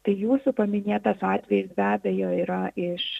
tai jūsų paminėtas atvejis be abejo yra iš